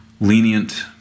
lenient